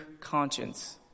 conscience